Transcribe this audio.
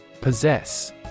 Possess